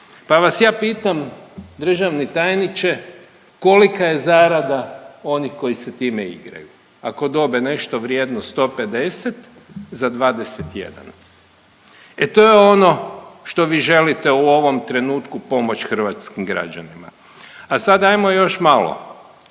Pa vas ja pitam državni tajniče, kolika je zarada onih koji se time igraju? Ako dobe nešto vrijednost 150 za 21. E to je ono što vi želite u ovom trenutku pomoći hrvatskim građanima. A sad ajmo još malo.